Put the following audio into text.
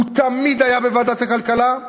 הוא תמיד היה בוועדת הכלכלה.